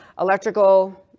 electrical